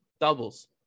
doubles